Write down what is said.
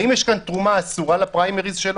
האם יש כאן תרומה אסורה לפריימריז שלו?